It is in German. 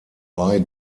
bei